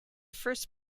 first